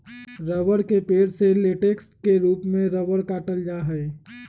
रबड़ के पेड़ से लेटेक्स के रूप में रबड़ काटल जा हई